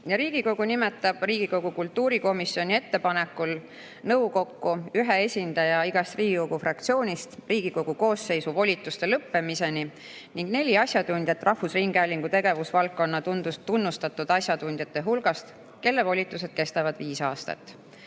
Riigikogu nimetab Riigikogu kultuurikomisjoni ettepanekul nõukokku ühe esindaja igast Riigikogu fraktsioonist Riigikogu koosseisu volituste lõppemiseni ning neli asjatundjat rahvusringhäälingu tegevusvaldkonna tunnustatud asjatundjate hulgast, kelle volitused kestavad viis aastat.